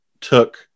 took